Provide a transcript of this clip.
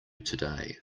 today